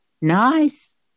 nice